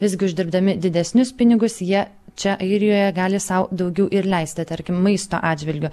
visgi uždirbdami didesnius pinigus jie čia airijoje gali sau daugiau ir leisti tarkim maisto atžvilgiu